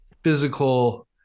physical